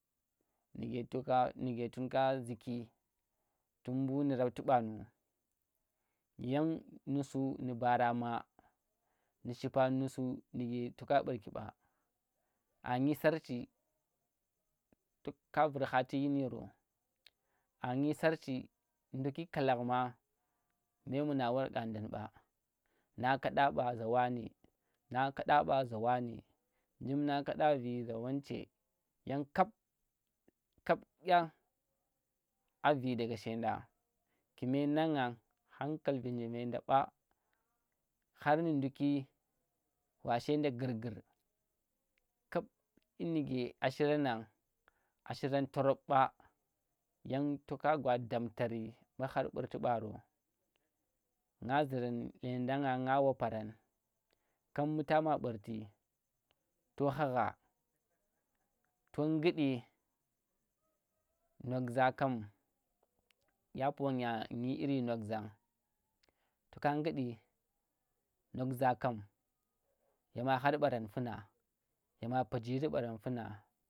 Ndike toka ndike tunka ziki tun mbu ndi rapti banu yan nusu ndi bara ma ndi shipa nusu nike toka ɓurki ɓa'a nyi sarchi ka vur hati yin yoro anyi sarchi nduki kalagh nna memuna war kandang ɓa nga kada ɓa za wani nga kada ɓa za wani njim nga ka vee za wanche yan kap kap yan a vee daga shanda kume ngan nan hankal nje veenda ɓa, har nu ndukki wa shenda gurgur kap yinike ashirang ashirong torub ɓa yan toka gwa damtarin mbu burti bar lemdang nga na zirang nga woparang kap mbu tama ɓurti to khagha to ngudi noza kam dya pona nyi iri nozang toka ngudi yama har barang tuna yama pijiri parang funa